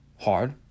hard